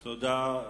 תודה.